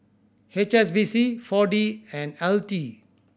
H S B C Four D and L T